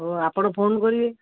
ହଉ ଆପଣ ଫୋନ କରିବେ